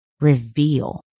reveal